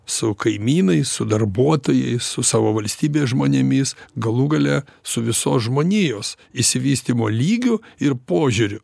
su kaimynais su darbuotojais su savo valstybės žmonėmis galų gale su visos žmonijos išsivystymo lygiu ir požiūriu